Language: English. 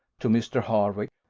to mr. hervey,